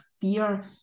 fear